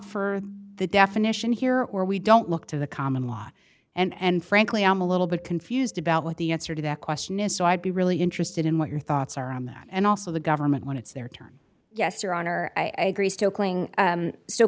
for the definition here or we don't look to the common law and frankly i'm a little bit confused about what the answer to that question is so i'd be really interested in what your thoughts are on that and also the government when it's their turn yes your honor i agree still cling